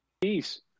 Peace